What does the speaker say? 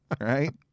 Right